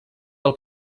del